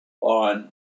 on